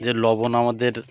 যে লবণ আমাদের